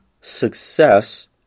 success